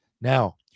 Now